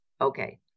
Okay